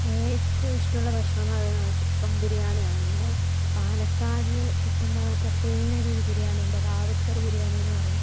ഏറ്റവും ഇഷ്ടമുള്ള ഭക്ഷണം എന്നു പറയുന്നത് ചിക്കൻ ബിരിയാണിയാണ് നമ്മുടെ പാലക്കാടിൽ കിട്ടുന്ന പ്രത്യേകതരം ഒരു ബിരിയാണിയുണ്ട് റാവുത്തർ ബിരിയാണി എന്നു പറയും